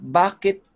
bakit